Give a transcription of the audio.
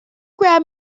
grab